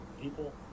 people